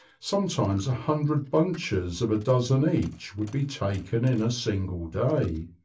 sometimes a hundred bunches of a dozen each would be taken in a single day.